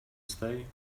stay